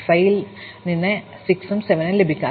പിന്നെ 5 ൽ നിന്ന് എനിക്ക് 6 ഉം 7 ഉം ലഭിക്കും